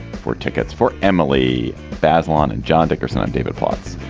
for tickets for emily basilone and john dickerson and david plotz.